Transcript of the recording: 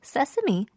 Sesame